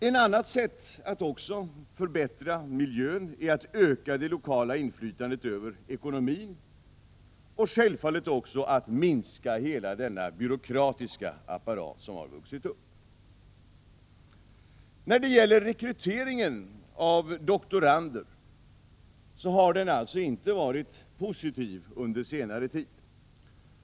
Ett annat sätt att förbättra miljön är att öka det lokala inflytandet över ekonomin och självfallet också att minska hela den byråkratiska apparat som vuxit upp. När det gäller rekryteringen av doktorander har utvecklingen alltså inte varit positiv under senare tid.